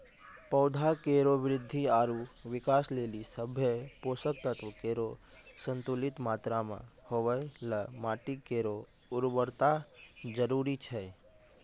पौधा केरो वृद्धि आरु विकास लेलि सभ्भे पोसक तत्व केरो संतुलित मात्रा म होवय ल माटी केरो उर्वरता जरूरी छै